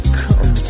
come